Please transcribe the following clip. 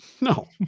No